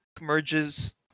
merges